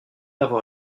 avoir